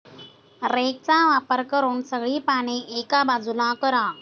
रेकचा वापर करून सगळी पाने एका बाजूला करा